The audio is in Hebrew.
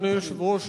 אדוני היושב-ראש,